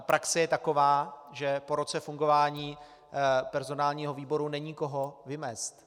Praxe je taková, že po roce fungování personálního výboru není koho vymést.